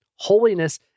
Holiness